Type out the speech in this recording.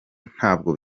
ntabwo